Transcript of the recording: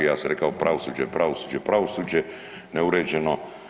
Ja sam rekao pravosuđe, pravosuđe, pravosuđe neuređeno.